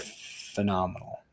phenomenal